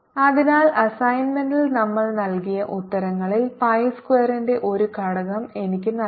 അതിനാൽ അസൈൻമെൻറിൽ നമ്മൾ നൽകിയ ഉത്തരങ്ങളിൽ പൈ സ്ക്വയറിന്റെ ഒരു ഘടകം എനിക്ക് നഷ്ടമായി